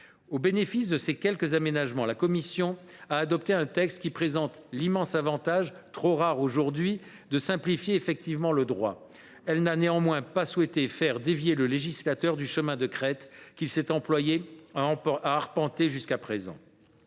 Au bénéfice de ces quelques aménagements, la commission a adopté un texte qui présente l’immense avantage – trop rare de nos jours !– de simplifier effectivement le droit. Elle n’a néanmoins pas souhaité faire dévier le législateur du chemin de crête qu’il s’est employé à arpenter jusqu’à présent.